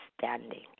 standing